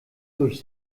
durch